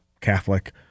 Catholic